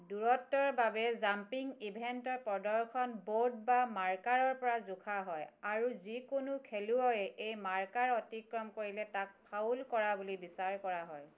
দূৰত্বৰ বাবে জাম্পিং ইভেণ্টৰ প্ৰদৰ্শন বৰ্ড বা মাৰ্কাৰৰ পৰা জোখা হয় আৰু যিকোনো খেলুৱৈয়ে এই মাৰ্কাৰ অতিক্ৰম কৰিলে তাক ফাউল কৰা বুলি বিচাৰ কৰা হয়